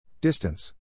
Distance